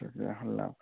شکریہ اللہ حافظ